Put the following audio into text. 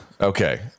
Okay